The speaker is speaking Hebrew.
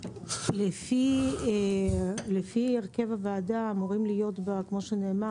לפי הרכב הוועדה אמורים להיות בה כמו שנאמר